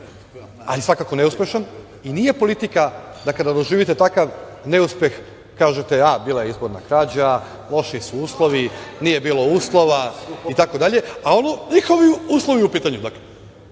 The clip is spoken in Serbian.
ali svakako neuspešan i nije politika kada doživite takav neuspeh, kažete bila je izborna krađa, loši uslovi, nije bilo uslova, a ono njihovi uslovi u pitanju.